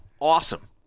awesome